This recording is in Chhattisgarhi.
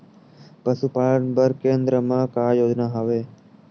पशुपालन बर केन्द्र म का योजना हवे?